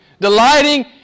Delighting